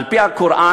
על-פי הקוראן,